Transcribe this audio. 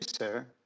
sir